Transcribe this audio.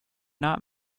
not